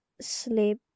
sleep